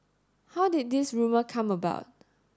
how did this rumour come about